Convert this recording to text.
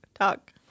Talk